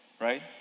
right